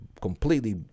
completely